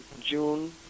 June